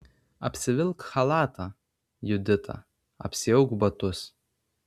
apsivilk chalatą judita apsiauk batus